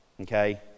okay